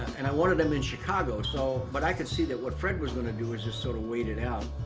and i wanted him in chicago, so but i could see that what fred was gonna do was just sort of wait it out.